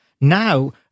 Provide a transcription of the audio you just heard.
now